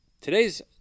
Today's